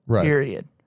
period